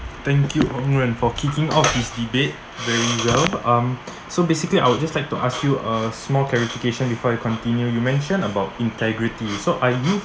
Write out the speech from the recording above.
thank you eng-ren for kicking off this debate very well um so basically I would just like to ask you a small clarification before we continue you mentioned about integrity so I do